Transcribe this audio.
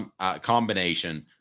combination